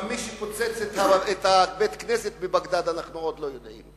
גם מי שפוצץ את בית-הכנסת בבגדד אנחנו עוד לא יודעים.